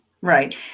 Right